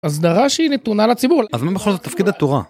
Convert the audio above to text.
הסדרה שהיא נתונה לציבור. אז מה בכל זאת תפקיד התורה?